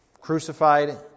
crucified